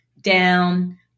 down